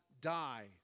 die